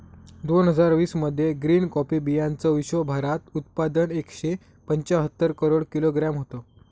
दोन हजार वीस मध्ये ग्रीन कॉफी बीयांचं विश्वभरात उत्पादन एकशे पंच्याहत्तर करोड किलोग्रॅम होतं